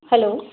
hello